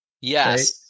Yes